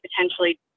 potentially